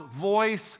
voice